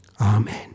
Amen